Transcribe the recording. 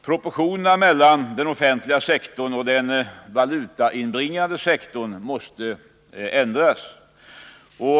Proportionerna mellan den offentliga sektorn och den valutainbringande sektorn måste ändras.